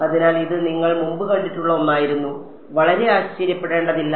അതിനാൽ ഇത് നിങ്ങൾ മുമ്പ് കണ്ടിട്ടുള്ള ഒന്നായിരുന്നു വളരെ ആശ്ചര്യപ്പെടേണ്ടതില്ല